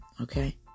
okay